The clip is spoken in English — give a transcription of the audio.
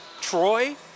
Troy